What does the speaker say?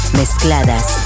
mezcladas